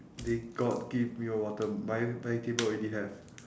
they got give me a water my my table already have